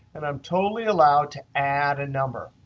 and i'm totally allowed to add a number.